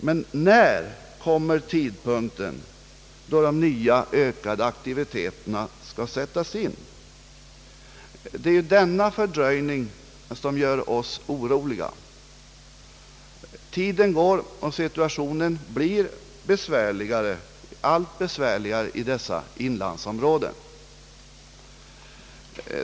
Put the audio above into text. Men när kommer tidpunkten då de nya, ökade aktiviteterna skall sättas in? Det är ju denna fördröjning som gör oss oroliga. Tiden går och situationen blir allt besvärligare i dessa inlandsområden.